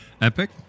epic